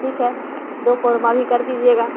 ٹھیک ہے دو قورما بھی کر دیجیے گا